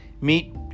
meet